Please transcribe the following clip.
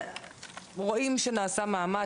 רואים שנעשה מאמץ,